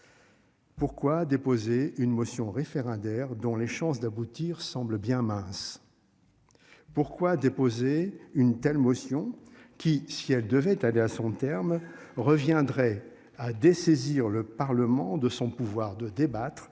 Pourquoi déposer une motion référendaire dont les chances d'aboutir semblent bien minces. Pourquoi déposer une telle motion qui, si elle devait aller à son terme reviendrait à dessaisir le Parlement de son pouvoir de débattre